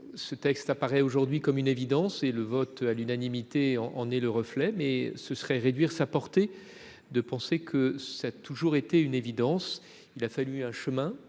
ce texte apparaît aujourd'hui comme une évidence - le vote à l'unanimité en est le reflet -, ce serait réduire sa portée de penser que tel a toujours été le cas. En effet, il a fallu un chemin